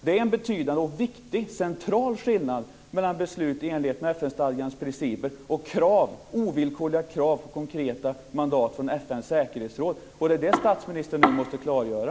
Det är en betydande, viktig och central skillnad mellan beslut i enlighet med FN stadgans principer och ovillkorliga krav, konkreta mandat från FN:s säkerhetsråd. Det är det som statsministern nu måste klargöra.